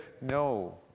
no